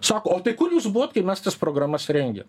sako o tai kur jūs buvot kai mes tas programas rengėm